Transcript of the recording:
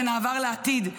בין העבר לעתיד.